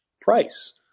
price